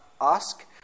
ask